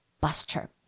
Buster